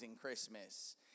Christmas